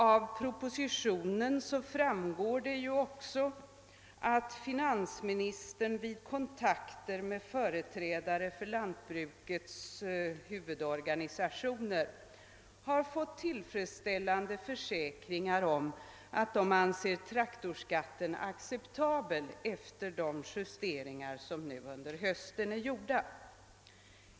Av propositionen framgår också att finansministern vid kontakter med företrädare för lantbrukets huvudorganisationer har fått tillfredsställande försäkringar om att de anser traktorskatten acceptabel efter de justeringar som under hösten är gjorda.